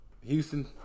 Houston